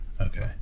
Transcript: okay